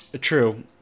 True